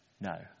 No